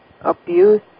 abuse